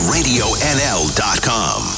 RadioNL.com